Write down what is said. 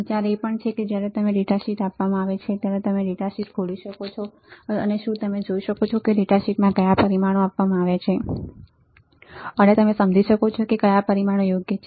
વિચાર એ પણ છે કે જ્યારે તમને ડેટા શીટ આપવામાં આવે છે ત્યારે તમે ડેટા શીટ ખોલી શકો છો અને શું તમે જોઈ શકો છો કે ડેટા શીટમાં કયા પરિમાણો આપવામાં આવ્યા છે અને તમે સમજી શકો છો કે કયા પરિમાણો યોગ્ય છે